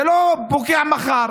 זה לא פוקע מחר,